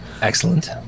Excellent